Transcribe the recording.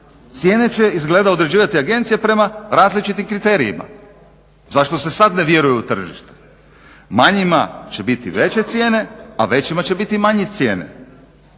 Cijene će izgleda određivati agencija prema različitim kriterijima. Zašto se sa ne vjeruje u tržište? Manjima će biti veće cijene, a većima će biti manje cijene.